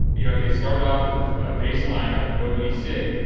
you know, they start off with a baseline of nobody's sick.